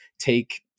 take